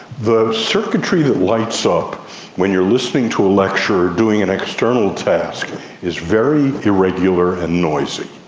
the circuitry that lights up when you are listening to a lecture or doing an external task is very irregular and noisy.